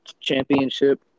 championship